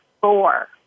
four